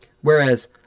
Whereas